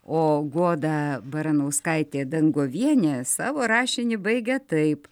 o goda baranauskaitė dangovienė savo rašinį baigia taip